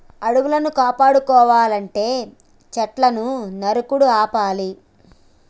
అడవులను కాపాడుకోవనంటే సెట్లును నరుకుడు ఆపాలి